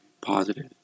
positive